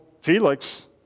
Felix